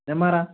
Nemmara